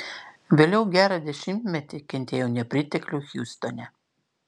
vėliau gerą dešimtmetį kentėjau nepriteklių hjustone